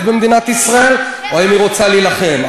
במדינת ישראל או אם היא רוצה להילחם.